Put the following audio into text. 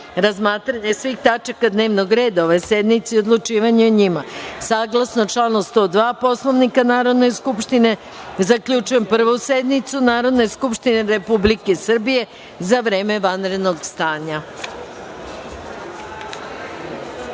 razmatranje svih tačaka dnevnog reda ove sednice i odlučivanje o njima, saglasno članu 102. Poslovnika Narodne skupštine, zaključujem Prvu sednicu Narodne skupštine Republike Srbije za vreme vanrednog stanja.